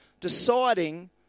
deciding